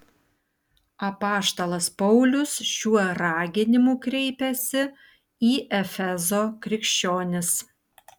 apaštalas paulius šiuo raginimu kreipiasi į efezo krikščionis